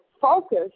focus